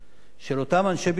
של אותם אנשי ביטחון,